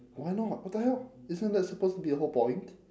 why not what the hell isn't that supposed to be the whole point